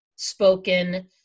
spoken